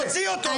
תוציאי אותו.